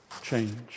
change